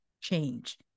change